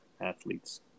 athletes